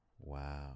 Wow